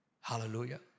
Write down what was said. Hallelujah